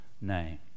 name